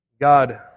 God